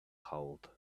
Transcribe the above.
hold